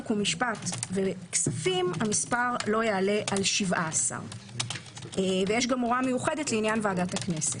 חוק ומשפט וכספים - המספר לא יעלה על 17. יש גם הוראה מיוחדת לעניין ועדת הכנסת.